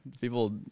People